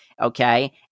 Okay